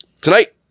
Tonight